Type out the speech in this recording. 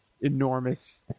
enormous